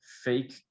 fake